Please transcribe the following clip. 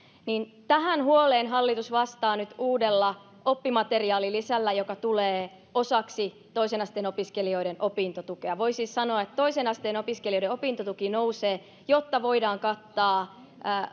niin tähän huoleen hallitus vastaa nyt uudella oppimateriaalilisällä joka tulee osaksi toisen asteen opiskelijoiden opintotukea voi siis sanoa että toisen asteen opiskelijoiden opintotuki nousee jotta voidaan kattaa